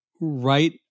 right